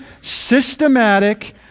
systematic